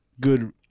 Good